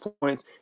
points